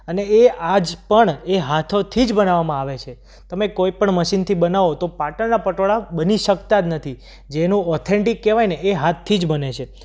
અને એ આજ પણ એ હાથોથી જ બનાવવામાં આવે છે તમે કોઈ પણ મશિનથી બનાવો તો પાટણના પટોળા બની શકતા જ નથી જેનું ઓથેન્ટિક કહેવાયને એ હાથથી જ બને છે